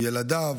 ילדיו,